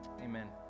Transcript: Amen